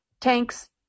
Tanks